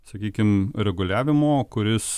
sakykim reguliavimo kuris